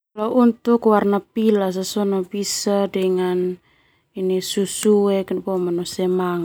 Kalo untuk warna pilas bisa dengan ini susuek ma semangat.